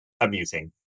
Amusing